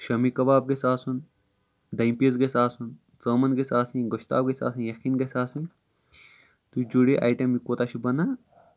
شامی کَباب گژھِ آسُن ڈٔمبۍ پیٖس گژھِ آسُن ژامن گژھِ آسٕنۍ گۄشتاب گژھِ آسٕنۍ یَخٕنۍ گژھِ آسٕنۍ تُہۍ جوڑو ایٹم یہِ کوتاہ چھُ بَنان